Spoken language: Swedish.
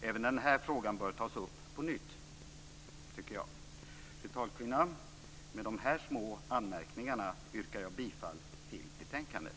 Även den här frågan bör tas upp på nytt, tycker jag. Fru talman! Med dessa små anmärkningar yrkar jag bifall till utskottets hemställan.